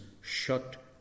shut